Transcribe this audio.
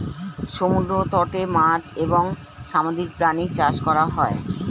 সমুদ্র তটে মাছ এবং সামুদ্রিক প্রাণী চাষ করা হয়